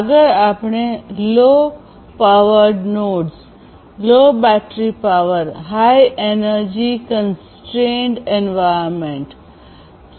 આગળ આપણે low powered nodes low battery power high energy constrained environments